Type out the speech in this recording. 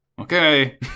Okay